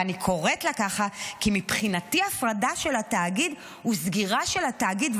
ואני קוראת לה ככה כי מבחינתי הפרטה של התאגיד הוא סגירה של התאגיד,